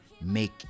make